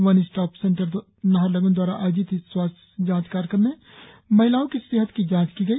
one stop centre Naharlagun द्वारा आयोजित इस स्वास्थ्य जांच कार्यक्रम में महिलाओं की सेहत की जांच की गई